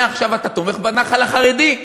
מעכשיו אתה תומך בנח"ל החרדי?